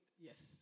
yes